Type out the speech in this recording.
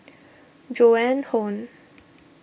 Joan Hon